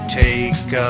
take